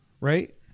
Right